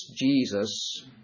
Jesus